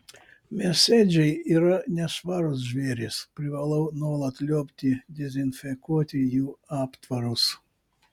mėsėdžiai yra nešvarūs žvėrys privalau nuolat liuobti dezinfekuoti jų aptvarus